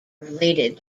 related